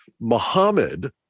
Muhammad